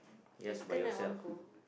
eaten at one go